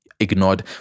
Ignored